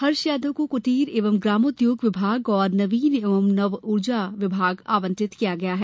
हर्ष यादव को क्टीर एवं ग्रामोद्योग विभाग तथा नवीन एवं ऊर्जा विभाग आवंटित किया गया है